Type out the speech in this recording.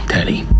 Teddy